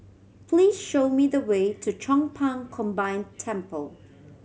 please show me the way to Chong Pang Combined Temple